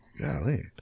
Golly